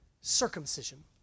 circumcision